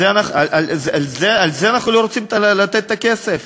לזה אנחנו לא רוצים לתת את הכסף?